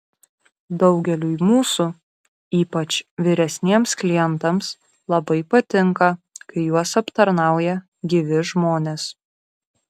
daugeliui mūsų ypač vyresniems klientams labai patinka kai juos aptarnauja gyvi žmonės